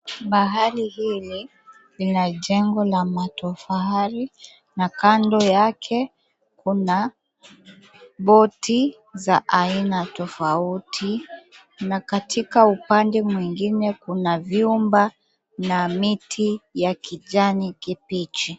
Bahari hili, lina jengo la matofali na kando yake, kuna boti za aina tofauti. Na katika upande mwingine kuna vyumba, na miti ya kijani kibichi.